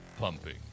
pumping